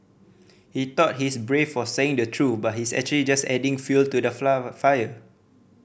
he thought he's brave for saying the truth but he's actually just adding fuel to the fire